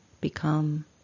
become